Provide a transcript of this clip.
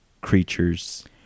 creatures